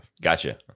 Gotcha